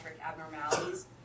abnormalities